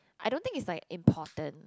I don't think it's like important